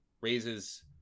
raises